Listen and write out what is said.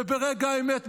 וברגע האמת,